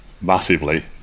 massively